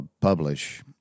publish